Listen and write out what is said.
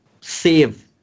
save